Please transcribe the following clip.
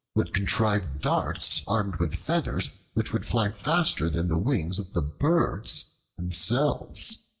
would contrive darts armed with feathers which would fly faster than the wings of the birds themselves.